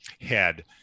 head